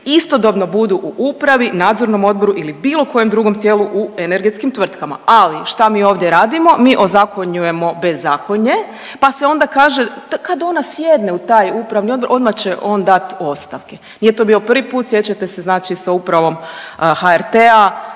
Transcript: istodobno budu u upravi, nadzornom odboru ili bilo kojem tijelu u energetskim tvrtkama. Ali, šta mi ovdje radimo? Mi ozakonjujemo bezakonje pa se onda kaže, kad ona sjedne u taj Upravni odbor, odmah će on dati ostavke. Nije to bio prvi put, sjećate se znači sa Upravom HRT-a,